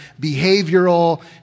behavioral